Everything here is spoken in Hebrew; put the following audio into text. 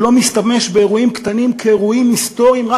שלא משתמש באירועים קטנים כאירועים היסטוריים רק